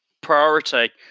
priority